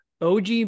OG